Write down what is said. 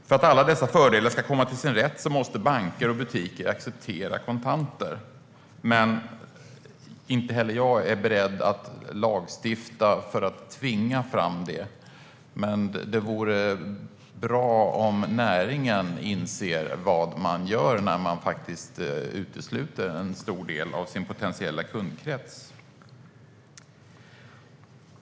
För att alla dessa fördelar ska komma till sin rätt måste banker och butiker acceptera kontanter. Inte heller jag är beredd att lagstifta för att tvinga fram detta, men det vore bra om näringen inser vad man gör när man utesluter en stor del av sin potentiella kundkrets.